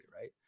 right